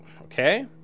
okay